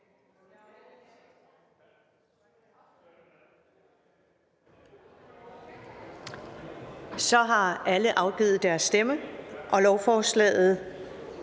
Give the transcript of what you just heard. Så har alle afgivet deres stemme. For stemte